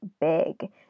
big